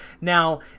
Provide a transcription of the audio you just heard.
Now